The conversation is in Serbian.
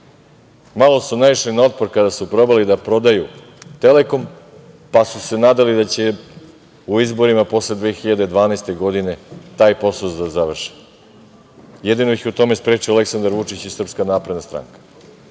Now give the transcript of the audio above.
su naišli na otpor kada su pokušali da prodaju „Telekom“, pa su se nadali da će u izborima posle 2012. godine taj posao da završe. Jedino ih je u tome sprečio Aleksandar Vučić i SNS. Inače mi